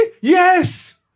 Yes